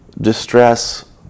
distress